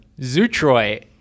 zootroy